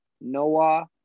Noah